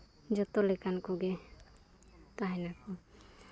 ᱡᱚᱛᱚ ᱞᱮᱠᱟᱱ ᱠᱚᱜᱮ ᱛᱟᱦᱮᱱᱟᱠᱚ